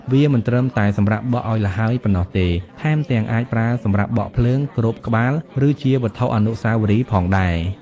វាមិនត្រឹមតែសម្រាប់បក់ឱ្យល្ហើយប៉ុណ្ណោះទេ ថែមទាំងអាចប្រើសម្រាប់បក់ភ្លើង គ្របក្បាល ឬជាវត្ថុអនុស្សាវរីយ៍ផងដែរ។